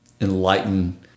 enlighten